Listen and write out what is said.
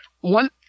one